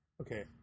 Okay